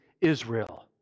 Israel